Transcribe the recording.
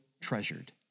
treasured